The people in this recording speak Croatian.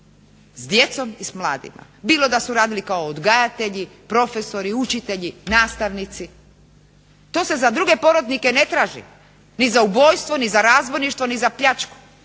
s djecom i s mladima, bilo da su radili kao odgajatelji, profesori, učitelji, nastavnici. To se za druge porotnike ne traži, ni za ubojstvo, ni za razbojništvo, ni za pljačku,